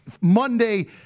Monday